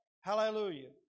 Hallelujah